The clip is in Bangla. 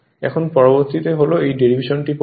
এখন পরবর্তীটি হল এই ডেরিভেশনটি পরে